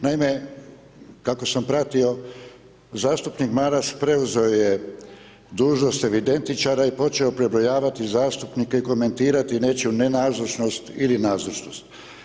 Naime, kako sam pratio zastupnik Maras preuzeo je dužnost evidentičara i počeo prebrojavati zastupnike i komentirati nečiju ne nazočnost ili nazočnost.